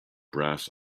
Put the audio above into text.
brass